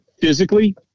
Physically